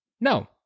no